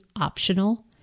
optional